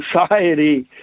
society